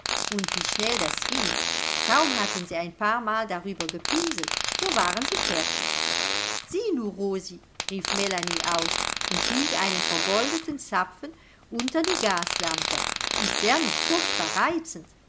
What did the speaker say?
und wie schnell das ging kaum hatten sie ein paarmal darüber gepinselt so waren sie fertig sieh nur rosi rief melanie aus und hielt einen vergoldeten zapfen unter die gaslampe ist der nicht furchtbar reizend